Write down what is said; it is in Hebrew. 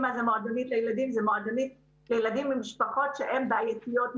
מדובר בילדים ממשפחות בעייתיות,